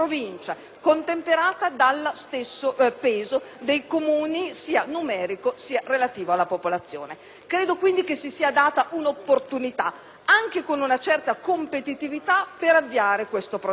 contemperata dallo stesso peso dei Comuni, sia numerico, sia relativo alla popolazione. Credo quindi che si sia data un'opportunità, anche con una certa competitività, per avviare questo processo,